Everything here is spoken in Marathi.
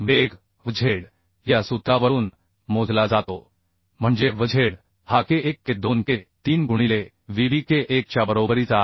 वेग Vz या सूत्रावरून मोजला जातो म्हणजे Vz हा k1 k2 k3 गुणिले Vb k1 च्या बरोबरीचा आहे